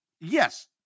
yes